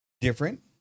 different